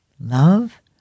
Love